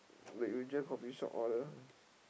the usual coffee-shop order